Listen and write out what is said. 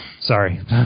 Sorry